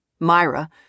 Myra